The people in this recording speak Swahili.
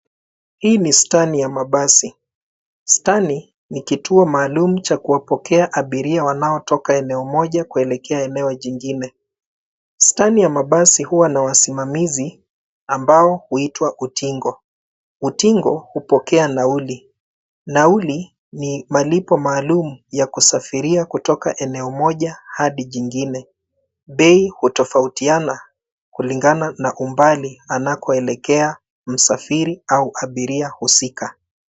Hii ni [stani ya mabasi. Stani ni kituo maalum cha kuwapokea abiria wanaotoka eneo moja kuelekea eneo jingine. Stani ya mabasi huwa na wasimamizi ambao huitwa utingo. Utingo hupokea nauli. Nauli ni malipo maalumu ya kusafiria kutoka eneo moja hadi jingine. Bei hutofautiana kulingana na umbali anakoelekea msafiri au abiria husika.